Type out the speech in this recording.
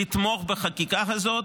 לתמוך בחקיקה הזאת,